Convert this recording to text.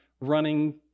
running